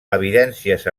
evidències